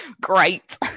Great